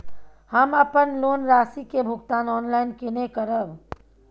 हम अपन लोन राशि के भुगतान ऑनलाइन केने करब?